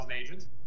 agents